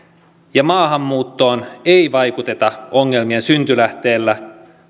ja maahanmuuttoon ei vaikuteta ongelmien syntylähteellä